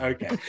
Okay